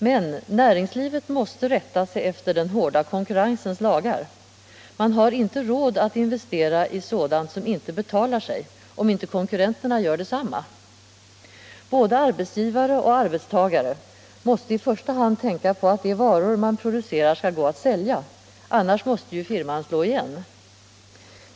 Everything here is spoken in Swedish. Men näringslivet måste rätta sig efter den hårda konkurrensens lagar. Man har inte råd att investera i sådant som inte betalar sig om inte konkurrenterna gör detsamma. Både arbetsgivare och arbetstagare måste i första hand tänka på att de varor man producerar skall gå att sälja, annars måste firman slå igen.